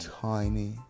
tiny